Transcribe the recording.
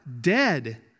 dead